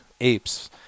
apes